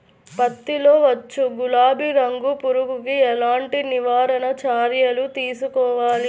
పత్తిలో వచ్చు గులాబీ రంగు పురుగుకి ఎలాంటి నివారణ చర్యలు తీసుకోవాలి?